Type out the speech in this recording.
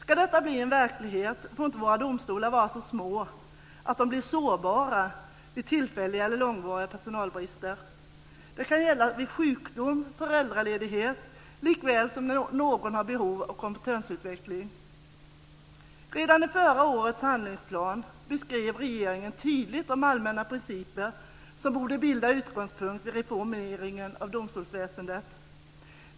Om detta ska bli verklighet får inte våra domstolar vara så små att de blir sårbara vid tillfälliga eller långvariga personalbrister. Det kan gälla vid sjukdom, föräldraledighet likväl som när någon har behov av kompetensutveckling. Redan i förra årets handlingsplan beskrev regeringen tydligt de allmänna principer som borde bilda utgångspunkt vid reformeringen av domstolsväsendet.